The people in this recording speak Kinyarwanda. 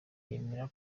yemera